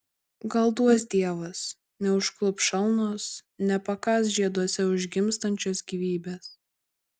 gal duos dievas neužklups šalnos nepakąs žieduose užgimstančios gyvybės